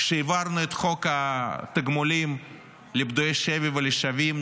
כשהעברנו את חוק התגמולים לפדויי שבי ולשבים,